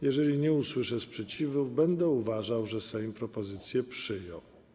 Jeżeli nie usłyszę sprzeciwu, będę uważał, że Sejm propozycje przyjął.